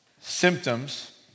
symptoms